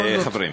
רגע,